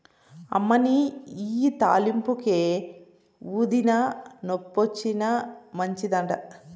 అమ్మనీ ఇయ్యి తాలింపుకే, ఊదినా, నొప్పొచ్చినా మంచిదట